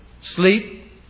sleep